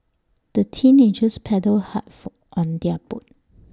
the teenagers paddled hard for on their boat